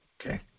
okay